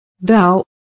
Thou